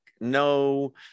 no